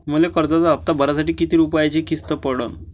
मले कर्जाचा हप्ता भरासाठी किती रूपयाची किस्त पडन?